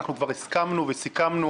אנחנו כבר הסכמנו וסיכמנו.